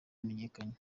yamenyekanye